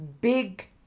Big